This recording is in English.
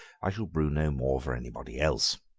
i shall brew no more for anybody else.